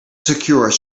secure